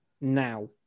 now